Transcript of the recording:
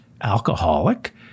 alcoholic